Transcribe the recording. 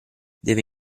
deve